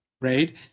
Right